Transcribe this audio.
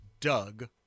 Doug